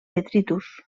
detritus